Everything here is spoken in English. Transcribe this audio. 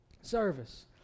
service